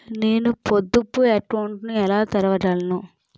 నేను పొదుపు అకౌంట్ను ఎలా తెరవగలను?